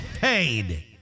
paid